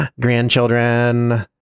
grandchildren